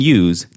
use